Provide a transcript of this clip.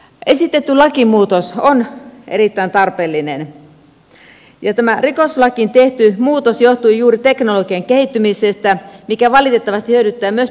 esitetty lakimuutos on erittäin tarpeellinen ja tämä rikoslakiin tehty muutos johtuu juuri teknologian kehittymisestä mikä valitettavasti hyödyttää myös pedofiilirikollisia